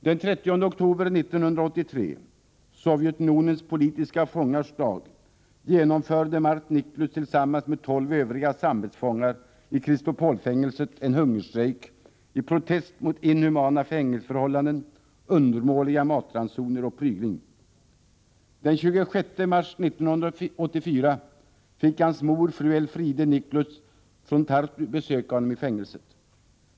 Den 30 oktober 1983, Sovjetunionens politiska fångars dag, genomförde Mart Niklus tillsammans med tolv övriga samvetsfångar i Chistopolfängelset en hungerstrejk i protest mot inhumana fängelseförhållanden, undermåliga matransoner och prygling. Den 26 mars 1984 fick hans mor, fru Elfriede Niklus från Tartu, besöka honom i fängelset.